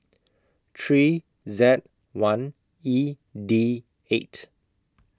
three Z one E D eight